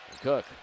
Cook